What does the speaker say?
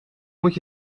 moet